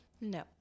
No